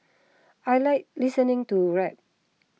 I like listening to rap